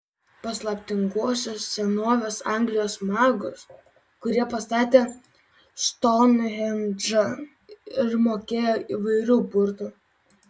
paslaptinguosius senovės anglijos magus kurie pastatė stounhendžą ir mokėjo įvairių burtų